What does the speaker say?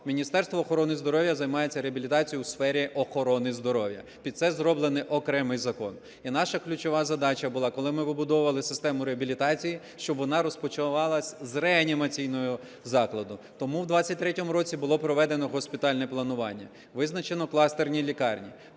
Міністерство охорони здоров'я займається реабілітацією у сфері охорони здоров'я. Під це зроблений окремий закон. І наша ключова задача була, коли ми вибудовували систему реабілітації, щоб вона розпочиналась з реанімаційного закладу. Тому в 2023 році було проведено госпітальне планування, визначено кластерні лікарні.